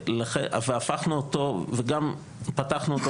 והפכנו אותו, וגם פתחנו אותו